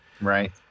Right